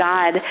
God